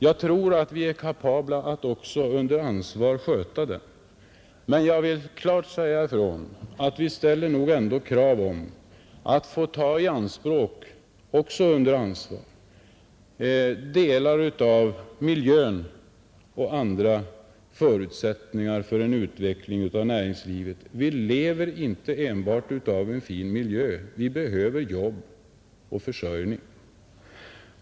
Jag tror att vi är kapabla att också under ansvar sköta den, men jag vill klart säga ifrån, att vi ställer nog ändå krav på att få ta i anspråk — också under ansvar — delar av miljön och andra förutsättningar för en utveckling av näringslivet. Vi lever inte enbart av en fin miljö — vi behöver jobb och försörjning.